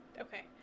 Okay